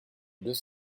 deux